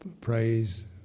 praise